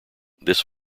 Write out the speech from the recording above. this